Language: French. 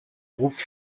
groupe